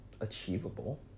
achievable